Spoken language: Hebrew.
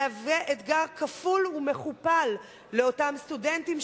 מהווה אתגר כפול ומכופל לאותם סטודנטים,